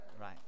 Right